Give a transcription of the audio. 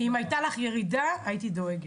אם הייתה לך ירידה, הייתי דואגת.